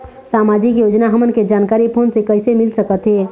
सामाजिक योजना हमन के जानकारी फोन से कइसे मिल सकत हे?